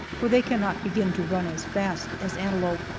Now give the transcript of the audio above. for they cannot begin to run as fast as antelope.